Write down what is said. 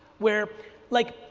where like,